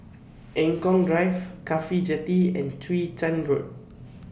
Eng Kong Drive Cafhi Jetty and Chwee Chian Road